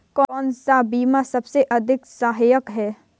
कौन सा बीमा सबसे अधिक सहायक है?